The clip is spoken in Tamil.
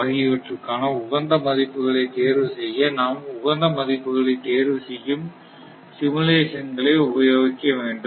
ஆகியவற்றுக்கான உகந்த மதிப்புகளை தேர்வு செய்ய நாம் உகந்த மதிப்புகளை தேர்வு செய்யும் சிமுலேஷன் களை உபயோகிக்க வேண்டும்